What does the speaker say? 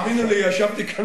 האמינו לי, ישבתי כאן